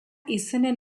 izenen